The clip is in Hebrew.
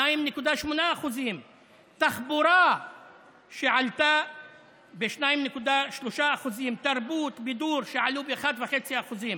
2.8%; התחבורה עלתה ב-2.3%; תרבות ובידור עלו ב-1.5%.